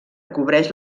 cobreix